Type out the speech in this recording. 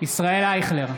ישראל אייכלר,